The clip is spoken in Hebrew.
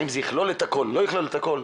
האם יכלול את הכל או לא יכלול את הכל,